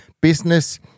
business